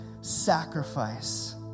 sacrifice